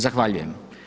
Zahvaljujem.